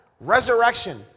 resurrection